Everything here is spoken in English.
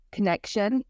Connection